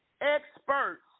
Experts